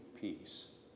peace